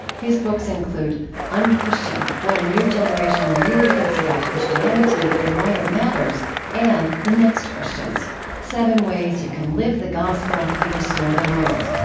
his books include unchristian what a new generation really thinks about christianity, and why it matters and the next christians seven ways you can live the gospel and restore the world